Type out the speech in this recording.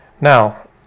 Now